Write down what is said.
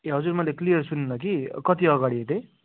ए हजुर मैले क्लियर सुनिनँ कि कति अगाडि अरे